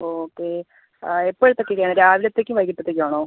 okay എപ്പോഴത്തേക്കൊക്കെ ആണ് രാവിലത്തേക്കും വൈകിയിട്ടത്തേക്കും ആണോ